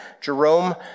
Jerome